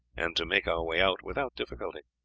and to make our way out without difficulty.